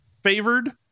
Favored